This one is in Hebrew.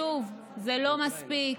שוב, זה לא מספיק.